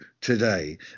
today